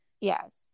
yes